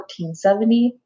1470